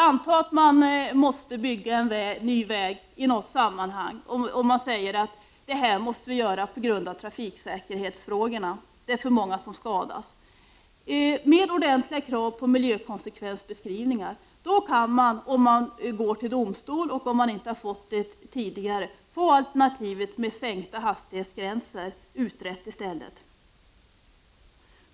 Anta att man i något sammanhang av trafiksäkerhetsskäl anser sig behöva bygga en ny väg. Med ordentliga krav på miljökonsekvensbeskrivningar kan man om man går till domstol i stället få alternativet med sänkta hastighetsgränser utrett, om det inte skett redan tidigare.